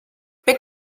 mit